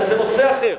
זה נושא אחר.